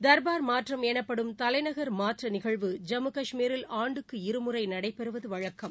தர்பார் மாற்றம் எனப்படும் தலைநகர் மாற்ற நிகழ்வு ஜம்மு காஷ்மீரில் ஆண்டுக்கு இருமுறை நடைபெறுவது வழக்கம்